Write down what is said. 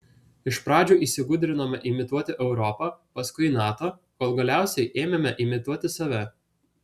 iš pradžių įsigudrinome imituoti europą paskui nato kol galiausiai ėmėme imituoti save